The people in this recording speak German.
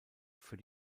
für